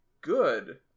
good